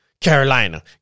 Carolina